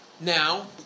now